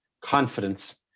confidence